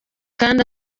kandi